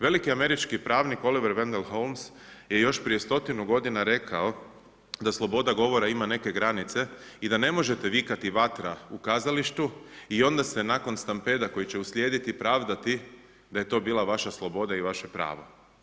Veliki američki pravnik Oliver Wendell Holmes je još prije stotinu godina rekao da sloboda govora ima neke granice i da ne možete vikati vatra u kazalištu i onda se nakon stampeda koji će uslijediti pravdati da je to bila vaša sloboda i vaše pravo.